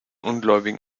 ungläubigen